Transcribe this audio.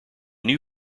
new